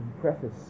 Preface